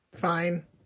fine